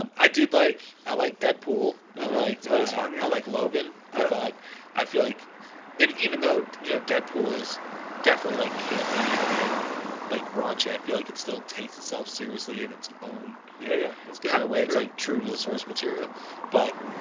um i did like i like deadpool i like it's funny. i like logan i thought i feel like it even though you know, deadpool is definitely like campy and like raunchy i feel like it still takes itself seriously in its own yeah kind of way. it's like true to the source material but